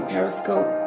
Periscope